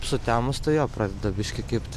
sutemus tai jo pradeda biškį kibt